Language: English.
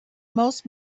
most